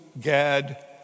Gad